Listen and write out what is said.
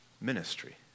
ministry